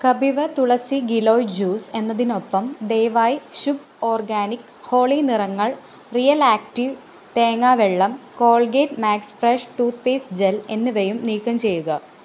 Kapiva Tulsi Giloy juice എന്നതിനൊപ്പം ദയവായി Shubh organic Holi നിറങ്ങൾ റിയൽ ആക്റ്റീവ് തേങ്ങാവെള്ളം Colgate max fresh toothpaste gel എന്നിവയും നീക്കം ചെയ്യുക